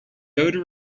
odor